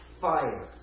fire